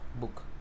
book